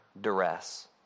duress